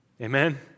Amen